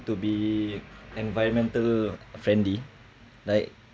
to be environmental friendly like